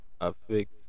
affect